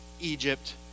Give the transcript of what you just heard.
Egypt